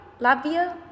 Latvia